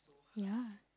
ya